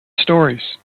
stories